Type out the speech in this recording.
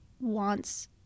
wants